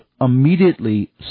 immediately